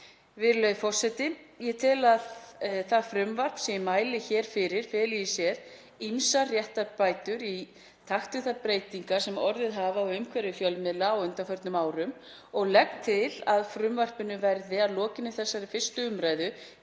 Virðulegi forseti. Ég tel að það frumvarp sem ég mæli hér fyrir feli í sér ýmsar réttarbætur í takti við þær breytingar sem orðið hafa á umhverfi fjölmiðla á undanförnum árum og legg til að frumvarpinu verði að lokinni þessari 1. umræðu